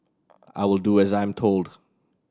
I will do as I'm told